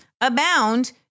abound